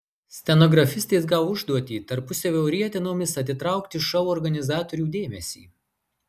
stenografistės gavo užduotį tarpusavio rietenomis atitraukti šou organizatorių dėmesį